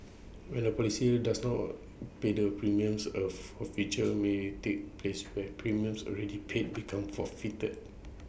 when A policyholder does not pay the premiums of A feature may ray take place where premiums already paid become forfeited